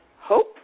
hope